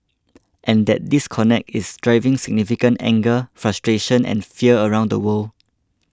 and that disconnect is driving significant anger frustration and fear around the world